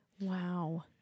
Wow